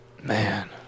Man